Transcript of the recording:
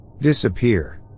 disappear